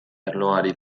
arloari